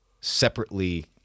separately